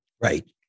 Right